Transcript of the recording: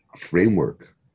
framework